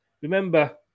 remember